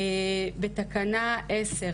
גם בתקנה 10,